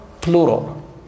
plural